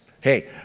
Hey